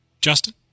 Justin